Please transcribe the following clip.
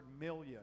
million